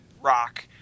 rock